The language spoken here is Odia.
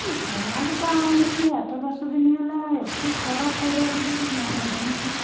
ଏ ବ୍ୟାଗ୍ଟା ଆଣିଲି ଆଠ ଦଶଦିନ ହେଲା ଏତେ ଖରାପ ପଡ଼ିବ ବୋଲି ବି ମୁଁ ଭାବୁନଥିଲି